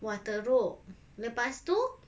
!wah! teruk lepas tu